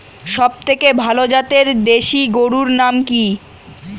সবথেকে ভালো জাতের দেশি গরুর নাম কি?